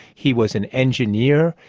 he was an engineer,